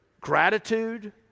gratitude